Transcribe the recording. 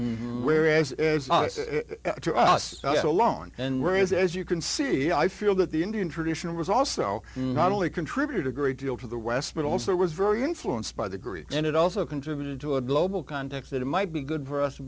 whereas to us alone and whereas as you can see i feel that the indian tradition was also not only contributed a great deal to the west but also was very influenced by the greeks and it also contributed to a global context that it might be good for us to